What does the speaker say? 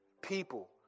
people